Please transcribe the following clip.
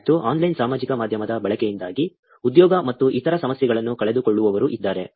ಮತ್ತು ಆನ್ಲೈನ್ ಸಾಮಾಜಿಕ ಮಾಧ್ಯಮದ ಬಳಕೆಯಿಂದಾಗಿ ಉದ್ಯೋಗ ಮತ್ತು ಇತರ ಸಮಸ್ಯೆಗಳನ್ನು ಕಳೆದುಕೊಳ್ಳುವವರೂ ಇದ್ದಾರೆ